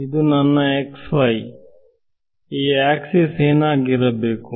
ಇದು ನನ್ನ x y ಈ ಆಕ್ಸಿಸ್ ಏನಾಗಿರಬೇಕು